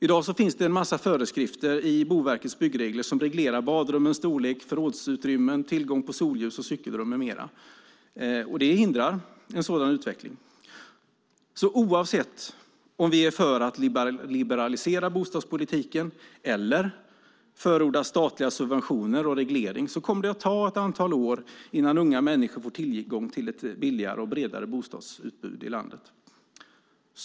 I dag finns det en mängd föreskrifter i Boverkets byggregler som reglerar badrummens storlek, förrådsutrymmen, tillgången på solljus, cykelrum med mera. Det hindrar en sådan utveckling. Oavsett om vi är för att liberalisera bostadspolitiken eller förordar statliga subventioner och reglering kommer det att ta ett antal år innan unga människor får tillgång till ett billigare och bredare bostadsutbud i landet.